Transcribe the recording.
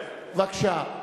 בבקשה.